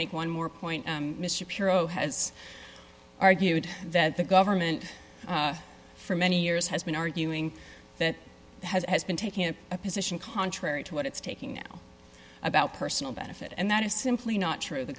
make one more point mr pirro has argued that the government for many years has been arguing that has been taking a position contrary to what it's taking now about personal benefit and that is simply not true the